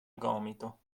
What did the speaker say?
gomito